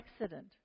accident